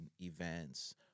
events